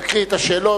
יקריא את השאלות,